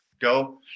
go